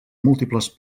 múltiples